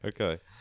okay